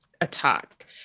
attack